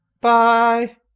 bye